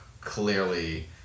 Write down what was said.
clearly